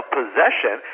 possession